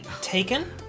taken